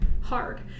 hard